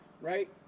right